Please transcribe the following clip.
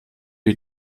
die